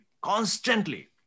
constantly